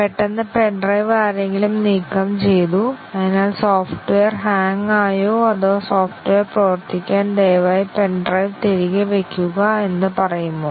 പെട്ടെന്ന് pen drive ആരെങ്കിലും നീക്കം ചെയ്തു അതിനാൽ സോഫ്റ്റ്വെയർ ഹാങ് ആയോ അതോ സോഫ്റ്റ്വെയർ പ്രവർത്തിക്കാൻ ദയവായി പെൻ ഡ്രൈവ് തിരികെ വയ്ക്കുക എന്ന് പറയുമോ